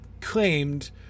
claimed